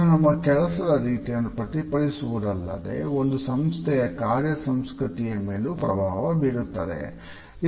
ಇದು ನಮ್ಮ ಕೆಲಸದ ರೀತಿಯನ್ನು ಪ್ರತಿಫಲಿಸುವುದಲ್ಲದೆ ಒಂದು ಸಂಸ್ಥೆಯ ಕಾರ್ಯ ಸಂಸ್ಕೃತಿಯ ಮೇಲೂ ಪ್ರಭಾವ ಬೀರುತ್ತದೆ